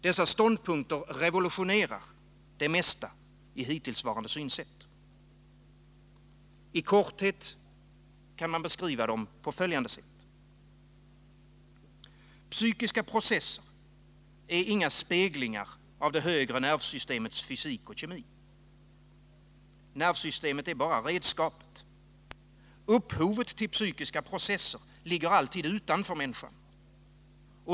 Dessa ståndpunkter revolutionerar det mesta i hittillsvarande synsätt. I korthet kan de beskrivas på följande sätt. Psykiska processer är inga speglingar av det högre nervsystemets fysik och kemi. Nervsystemet är bara redskapet. Upphovet till psykiska processer ligger alltid utanför människan.